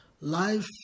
life